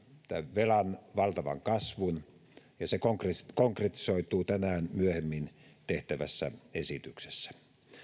velan valtavan kasvun ja se konkretisoituu tänään myöhemmin tehtävässä esityksessä